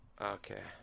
Okay